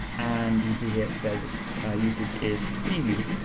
and you see here, it says it's usage is preview.